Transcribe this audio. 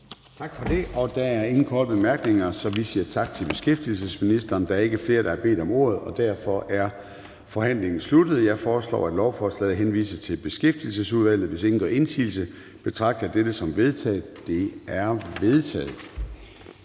Gade): Der er ingen korte bemærkninger, så vi siger tak til beskæftigelsesministeren. Der er ikke er flere, der har bedt om ordet, og derfor er forhandlingen sluttet. Jeg foreslår, at lovforslaget henvises til Beskæftigelsesudvalget. Hvis ingen gør indsigelse, betragter jeg dette som vedtaget. Det er vedtaget.